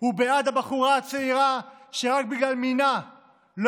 הוא בעד הבחורה הצעירה שרק בגלל מינה לא